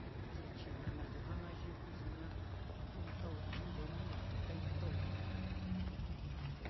Ye china naá janayɨkɨi ye ñatu ito'oi jnu nde ni lakuitai ito'oi.